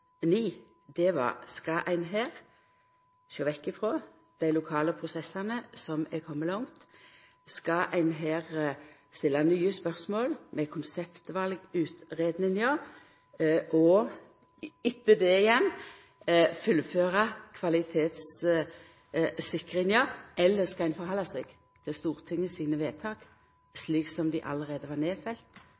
var: Skal ein her sjå vekk frå dei lokale prosessane som er komne langt? Skal ein her stilla nye spørsmål ved konseptvalutgreiingar og etter det igjen fullføra kvalitetssikringa? Eller skal ein forhalda seg til Stortinget sine vedtak, slik som dei allereie var